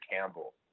Campbell